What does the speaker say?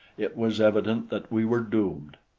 it was evident that we were doomed.